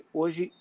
hoje